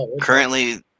currently